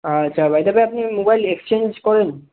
আচ্ছা by the way আপনি mobile exchange করেন